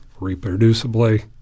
reproducibly